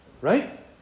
right